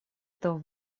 этого